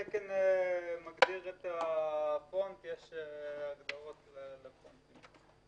התקן מגדיר את הפונט, יש הגדרות לפונטים.